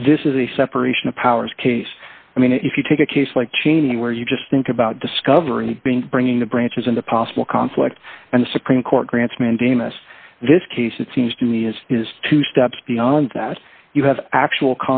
but this is a separation of powers case i mean if you take a case like cheney where you just think about discovering and being bringing the branches into possible conflict and the supreme court grants mandamus this case it seems to me is is two steps beyond that you have actual